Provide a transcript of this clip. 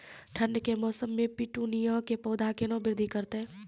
ठंड के मौसम मे पिटूनिया के पौधा केना बृद्धि करतै?